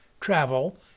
travel